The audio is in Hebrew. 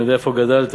אני יודע איפה גדלת,